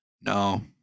No